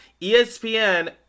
ESPN